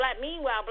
meanwhile